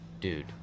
Dude